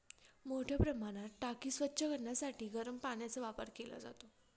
मोठ्या प्रमाणात टाकी स्वच्छ करण्यासाठी गरम पाण्याचा वापर केला जातो